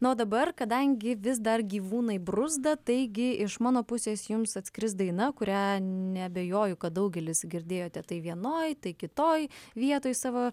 na o dabar kadangi vis dar gyvūnai bruzda taigi iš mano pusės jums atskris daina kurią neabejoju kad daugelis girdėjote tai vienoj tai kitoj vietoj savo